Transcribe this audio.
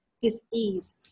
dis-ease